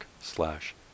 slash